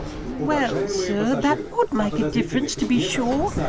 well, sir, that would make a difference, to be sure.